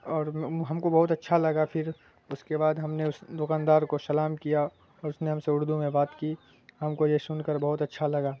اور ہم کو بہت اچھا لگا پھر اس کے بعد ہم نے اس دکاندار کو سلام کیا اور اس نے ہم سے اردو میں بات کی ہم کو یہ سن کر بہت اچھا لگا